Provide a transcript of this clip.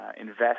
invest